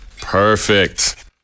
Perfect